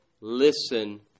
listen